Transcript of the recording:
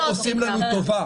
שלא עושים לנו טובה,